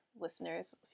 listeners